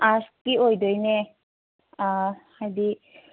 ꯑꯥꯔꯠꯁꯀꯤ ꯑꯣꯏꯗꯣꯏꯅꯦ ꯍꯥꯏꯗꯤ